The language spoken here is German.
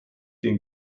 den